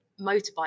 motorbike